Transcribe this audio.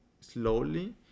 slowly